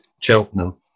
Cheltenham